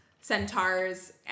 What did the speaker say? centaurs